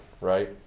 right